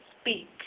speak